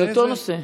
באותו נושא.